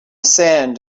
sand